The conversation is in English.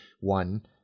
one